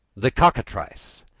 the cockatrice.